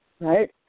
right